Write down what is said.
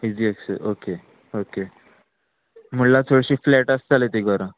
easy access okay okay म्हणल्यार चडशीं flat आसतालें तीं घरां